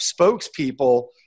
spokespeople